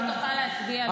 לא תוכל להצביע על זה.